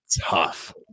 tough